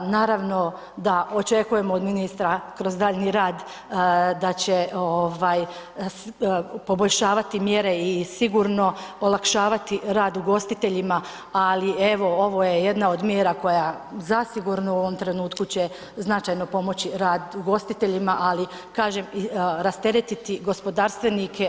Naravno da očekujemo od ministra kroz daljnji rad da će poboljšavati mjere i sigurno olakšavati rad ugostiteljima, ali evo ovo je jedna od mjera koja zasigurno u ovom trenutku će značajno pomoć rad ugostiteljima, ali kažem rasteretiti gospodarstvenike ali i sve građane.